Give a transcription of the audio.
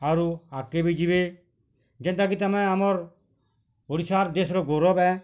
ଆରୁ ଆଗକେ ବି ଯିବେ ଯେନ୍ତା କି ତମେ ଆମର୍ ଓଡ଼ିଶା ର ଦେଶ ର ଗୌରବ ହେ